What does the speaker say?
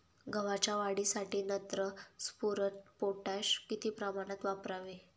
गव्हाच्या वाढीसाठी नत्र, स्फुरद, पोटॅश किती प्रमाणात वापरावे?